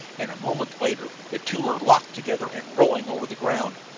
and a moment later the two were locked together and rolling over the ground,